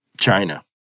China